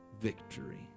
victory